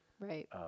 Right